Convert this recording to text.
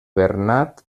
bernat